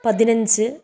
പതിനഞ്ച്